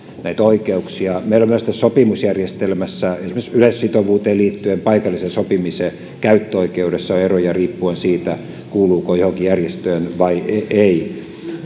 näitä oikeuksia meillä on myös tässä sopimusjärjestelmässä esimerkiksi yleissitovuuteen liittyen paikallisen sopimisen käyttöoikeudessa eroja riippuen siitä kuuluuko johonkin järjestöön vai ei ei